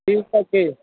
ঠিক আছে